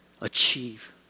achieve